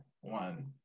one